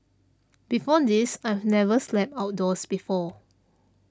before this I've never slept outdoors before